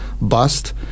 bust